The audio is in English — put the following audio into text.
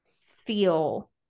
feel